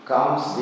comes